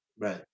right